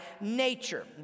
nature